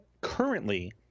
currently